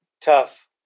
tough